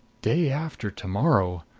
day after to-morrow!